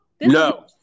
No